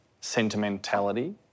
sentimentality